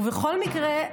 ובכל מקרה,